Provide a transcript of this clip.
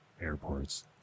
airports